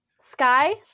Sky